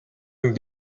amb